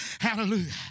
hallelujah